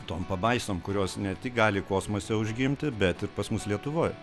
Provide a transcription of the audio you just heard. tom pabaisom kurios ne tik gali kosmose užgimti bet ir pas mus lietuvoj